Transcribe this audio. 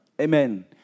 Amen